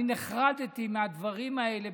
אני נחרדתי מהדברים האלה,